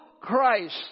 Christ